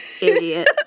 Idiot